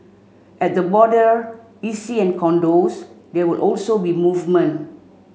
at the border EC and condos there will also be movement